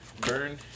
Burn